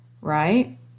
Right